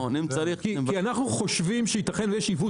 כי אנחנו חושבים שייתכן שיש עיוות.